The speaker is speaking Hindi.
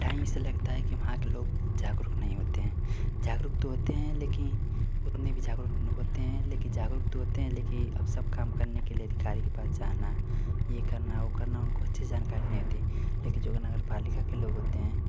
टाइम इसे लगता है कि वहाँ के लोग जागरूक नहीं होते हैं जागरूक तो होते हैं लेकिन उतने भी जागरूक होते हैं लेकिन जागरूक तो होते हैं लेकिन अब सब काम करने के लिए अधिकारी के पास जाना यह करना वह करना उनको अच्छे से जानकारी नहीं होती है लेकिन जो नगर पालिका के लोग होते हैं